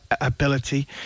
ability